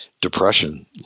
depression